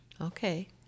Okay